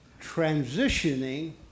transitioning